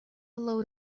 load